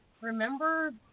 remember